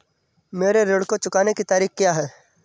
मेरे ऋण को चुकाने की तारीख़ क्या है?